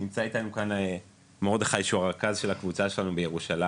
נמצא איתנו כאן מדרכי שהוא הרכז של הקבוצה שלנו בירושלים,